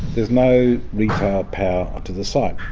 there's no retail power to the site.